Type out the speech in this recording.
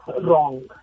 wrong